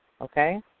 Okay